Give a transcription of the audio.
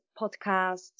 podcasts